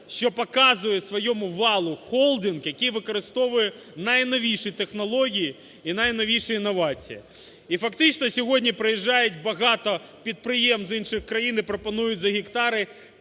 що показує свій вал холдинг, який використовує найновіші технології і найновіші інновації. І фактично сьогодні приїжджають багато підприємців з інших країн і пропонують за гектари